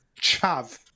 chav